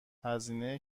هزینه